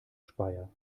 speyer